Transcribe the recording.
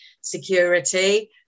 security